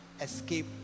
escape